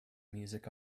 music